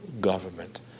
government